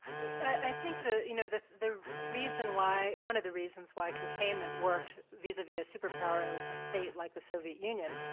i think the you know, the the reason why one of the reasons why containment works, vis-a-vis a superpower in ah a state like the soviet union,